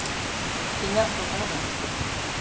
ᱤᱧᱟᱹᱜ ᱴᱚᱴᱷᱟᱨᱮ